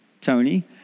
Tony